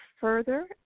further